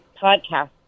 podcast